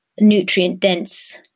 nutrient-dense